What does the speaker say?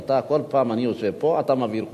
כל פעם שאני יושב פה אתה מעביר חוקים.